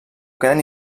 queden